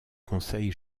conseil